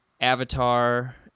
Avatar